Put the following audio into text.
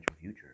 future